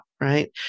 right